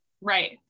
right